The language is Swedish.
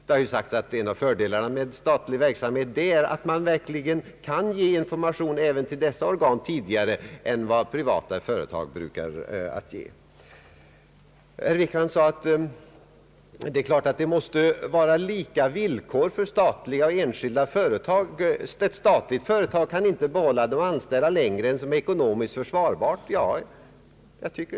Det har ju sagts att en av fördelarna med statlig verksamhet är att information verkligen kan ges även till dessa organ tidigare än vad privata företag brukar göra. Statsrådet Wickman framhöll att villkoren för statlig och enskild företagsamhet självfallet måste vara desamma. Ett statligt företag kan inte behålla sina anställda längre än som är ekonomiskt försvarbart, sade statsrådet Wickman.